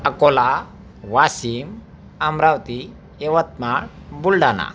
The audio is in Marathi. अकोला वाशिम अमरावती यवतमाळ बुलढाणा